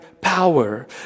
power